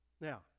Now